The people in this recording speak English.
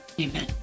Amen